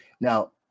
Now